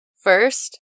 first